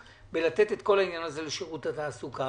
לתת את כל העניין הזה לשירות התעסוקה,